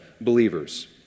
believers